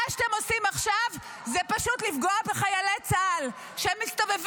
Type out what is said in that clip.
מה שאתם עושים עכשיו זה פשוט לפגוע בחיילי צה"ל שמסתובבים,